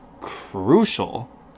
crucial